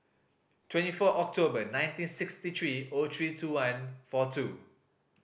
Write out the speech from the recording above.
twenty four October nineteen sixty three O three two one four two